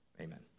Amen